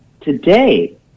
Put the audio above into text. today